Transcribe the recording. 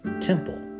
temple